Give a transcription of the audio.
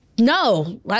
No